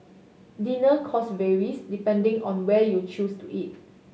dinner cost varies depending on where you choose to eat